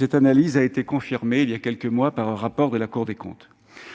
Cette analyse a été confirmée il y a quelques mois par un rapport de la Cour des comptes.